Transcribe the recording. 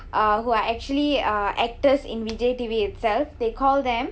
ah who are actually uh actors in vijay T_V itself they call them